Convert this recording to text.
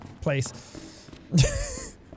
place